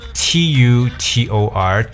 tutor